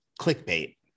clickbait